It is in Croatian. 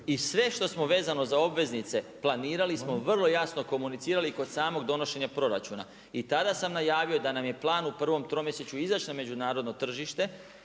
i sve što smo vezano za obveznice, planirali smo i vrlo jasno komunicirali kod samog donošenja proračuna. I tada sam najavio da nam je plan u prvom tromjesečju izaći na međunarodno tržište